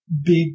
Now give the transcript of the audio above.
big